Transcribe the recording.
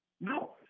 No